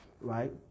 right